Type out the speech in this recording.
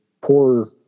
poor